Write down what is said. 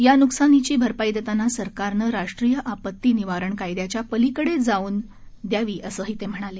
या न्कसानीची भरपाई देताना सरकारने राष्ट्रीय आपती निवारण कायद्याच्या पलीकडे जाऊन द्यावी असेही ते म्हणाले